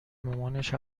مامانش